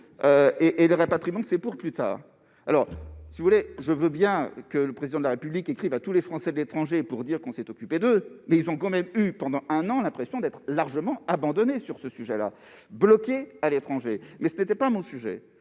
; le rapatriement, c'est pour plus tard. » Je veux bien que le Président de la République écrive à tous les Français de l'étranger pour dire que l'on s'est occupé d'eux, mais ils ont tout de même eu, pendant un an, l'impression d'être largement abandonnés et bloqués à l'étranger. Néanmoins, tel n'était pas le sujet